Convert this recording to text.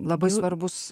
labai svarbus